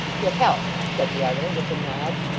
your health said the other, with a nod.